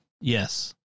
Yes